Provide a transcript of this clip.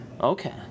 Okay